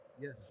Yes